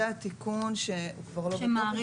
זה התיקון שכבר לא בתוקף,